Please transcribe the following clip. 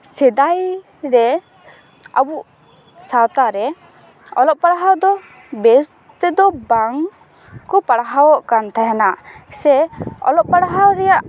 ᱥᱮᱫᱟᱭ ᱨᱮ ᱟᱵᱚ ᱥᱟᱶᱛᱟ ᱨᱮ ᱚᱞᱚᱜ ᱯᱟᱲᱦᱟᱣ ᱫᱚ ᱵᱮᱥ ᱛᱮᱫᱚ ᱵᱟᱝ ᱠᱚ ᱯᱟᱲᱦᱟᱣᱚᱜ ᱠᱟᱱ ᱛᱟᱦᱮᱱᱟ ᱥᱮ ᱚᱞᱚᱜ ᱯᱟᱲᱦᱟᱣ ᱨᱮᱭᱟᱜ